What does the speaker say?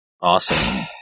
Awesome